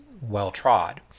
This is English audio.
well-trod